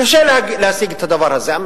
קשה להשיג את הדבר הזה.